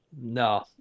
No